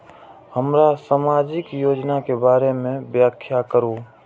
हमरा सामाजिक योजना के बारे में व्याख्या करु?